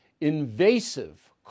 invasive